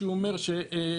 שהוא אומר שהעירייה